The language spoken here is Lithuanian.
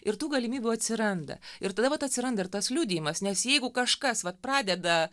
ir tų galimybių atsiranda ir tada vat atsiranda ir tas liudijimas nes jeigu kažkas vat pradeda